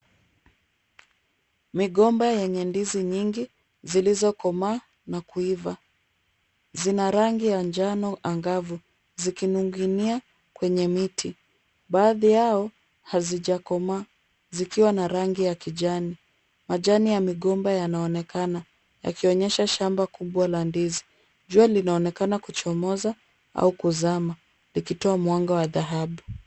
Migomba yenye ndizi nyingi zilizokomaa na kuiva. Zina rangi ya njano angavu, zikining'inia kwenye miti. Baadhi yao hazijakomaa zikiwa na rangi ya kijani. Majani ya migomba yanaonekana, yakionyesha shamba kubwa la ndizi. Jua linaonekana kuchomoza au kuzama likitoa mwanga wa dhahabu.